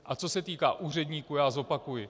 A co se týká úředníků, já zopakuji.